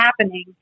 happening